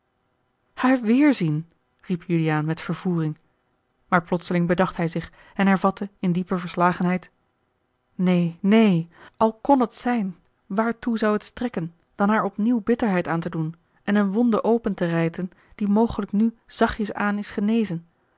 haar weêrzien riep juliaan met vervoering maar plotseling bedacht hij zich en hervatte in diepe verslagenheid neen neen al kon het zijn waartoe zou het strekken dan haar opnieuw bitterheid aan te doen en eene wonde open te rijten die mogelijk nu zachtjes aan is genezen